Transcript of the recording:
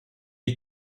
est